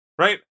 Right